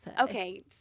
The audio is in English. Okay